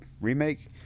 remake